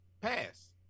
pass